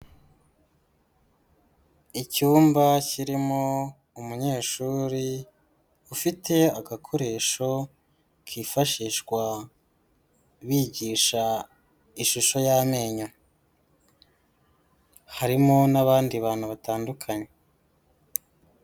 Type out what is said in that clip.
Icyumba kirimo umunyeshuri ufite agakoresho kifashishwa bigisha ishusho y'amenyo. Harimo n'abandi bantu batandukanye.